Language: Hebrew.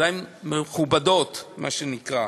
ידיים מכובדות, מה שנקרא.